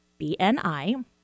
BNI